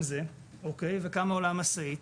וכמה עולה משאית.